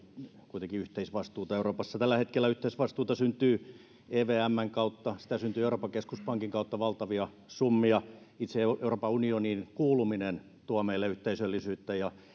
yhteisvastuuta euroopassa tällä hetkellä yhteisvastuuta syntyy evmn kautta ja sitä syntyy euroopan keskuspankin kautta valtavia summia itse euroopan unioniin kuuluminen tuo meille yhteisöllisyyttä